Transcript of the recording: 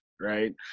right